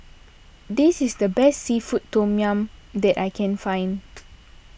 this is the best Seafood Tom Yum that I can find